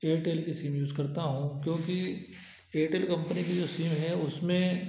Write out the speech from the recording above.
Airtel की SIM use करता हूँ क्योंकि एयरटेल कम्पनी की जो सिम है उसमें